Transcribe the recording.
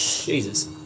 Jesus